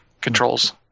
controls